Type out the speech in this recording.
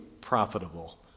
profitable